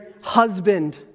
husband